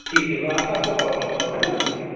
ठीक है मैं आकर आपको कॉल करता हूँ है ना विष्णु जी